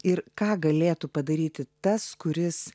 ir ką galėtų padaryti tas kuris